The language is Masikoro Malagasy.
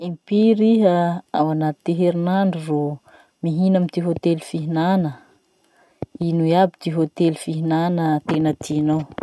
Impiry iha ao anaty ty herinandro ro mihina amy ty hotely fihinana? Ino iaby ty hotely fihinana tena tianao?